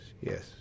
yes